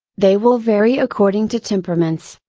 they will vary according to temperaments.